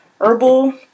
herbal